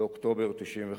באוקטובר 1995,